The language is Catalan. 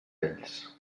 ells